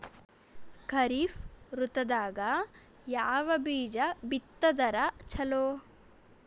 ಖರೀಫ್ ಋತದಾಗ ಯಾವ ಬೀಜ ಬಿತ್ತದರ ಚಲೋ?